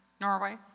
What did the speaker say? Norway